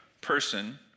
person